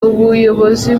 umuyobozi